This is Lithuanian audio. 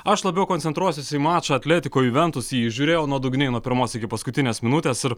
aš labiau koncentruosiuos į mačą atletiko juventus jį žiūrėjau nuodugniai nuo pirmos iki paskutinės minutės ir